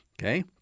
okay